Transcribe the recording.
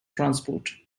transport